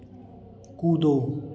कूदो